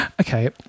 Okay